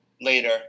later